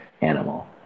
animal